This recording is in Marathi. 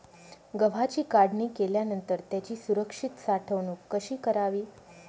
गव्हाची काढणी केल्यानंतर त्याची सुरक्षित साठवणूक कशी करावी?